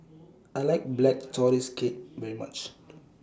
I like Black Tortoise Cake very much